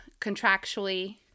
contractually